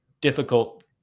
difficult